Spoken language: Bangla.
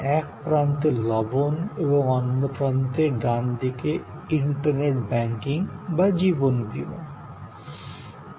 এর এক প্রান্তে নুন এবং অন্য প্রান্তে ডানদিকে ইন্টারনেট ব্যাংকিং বা জীবন বীমার মতন পরিষেবা